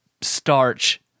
starch